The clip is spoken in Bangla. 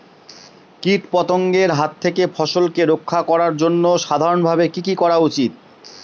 কীটপতঙ্গের হাত থেকে ফসলকে রক্ষা করার জন্য সাধারণভাবে কি কি করা উচিৎ?